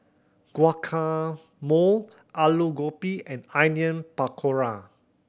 Guacamole Alu Gobi and Onion Pakora